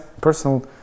personal